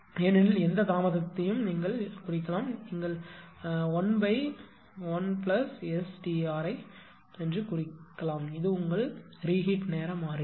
எனவே எந்த தாமதத்தையும் குறிக்கலாம் நீங்கள் 11STr ஐ குறிக்கலாம் அது உங்கள் ரீஹீட் நேர மாறிலி